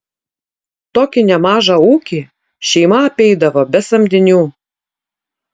tokį nemažą ūkį šeima apeidavo be samdinių